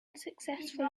unsuccessful